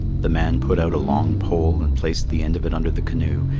the man put out a long pole and placed the end of it under the canoe,